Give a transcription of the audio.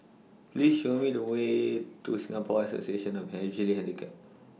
Please Show Me The Way to Singapore Association of The Visually Handicapped